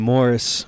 Morris